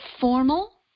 formal